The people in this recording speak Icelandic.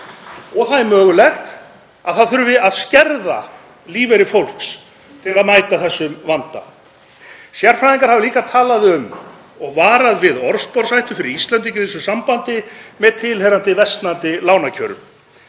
og það er mögulegt að það þurfi að skerða lífeyri fólks til að mæta þessum vanda. Sérfræðingar hafa líka talað um og varað við orðsporshættu fyrir Íslendinga í þessu sambandi með tilheyrandi versnandi lánakjörum.